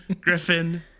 Griffin